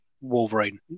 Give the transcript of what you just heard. Wolverine